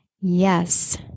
Yes